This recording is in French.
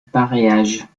pareage